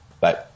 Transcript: Bye